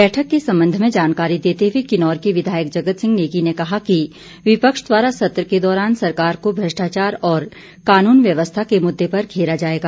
बैठक के संबंध में जानकारी देते हुए किन्नौर के विधायक जगत सिंह नेगी ने कहा कि विपक्ष द्वारा सत्र के दौरान सरकार को भ्रष्टाचार और कानून व्यवस्था के मुद्दे पर घेरा जाएगा